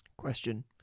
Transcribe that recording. question